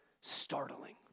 startling